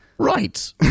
Right